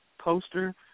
poster